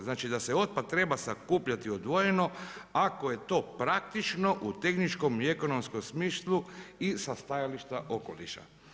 Znači da se otpad treba sakupljati odvojeno ako je to praktično u tehničkom i ekonomskom smislu i sa stajališta okoliša.